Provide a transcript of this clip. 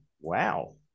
wow